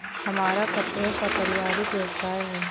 हमारा कपड़ों का पारिवारिक व्यवसाय है